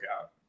out